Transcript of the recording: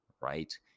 right